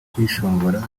kwishongora